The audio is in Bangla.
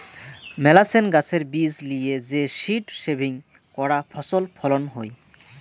মেলাছেন গাছের বীজ লিয়ে যে সীড সেভিং করাং ফছল ফলন হই